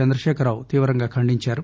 చంద్రశేఖర్ రావు తీవ్రంగా ఖండించారు